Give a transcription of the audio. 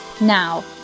now